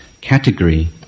category